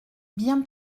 bien